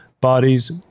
bodies